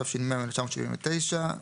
התש"ם-1979,